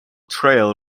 trail